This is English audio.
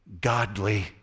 godly